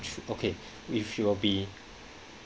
through okay if you'll be